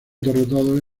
derrotados